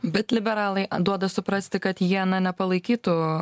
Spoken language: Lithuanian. bet liberalai duoda suprasti kad jie na nepalaikytų